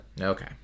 Okay